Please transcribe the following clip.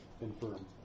infirm